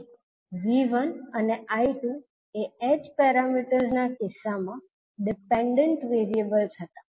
તેથી V1 અને 𝐈2 એ h પેરામીટર્સ ના કિસ્સામાં ડિપેન્ડન્ટ વેરિએબલ્સ હતા